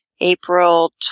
April